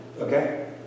Okay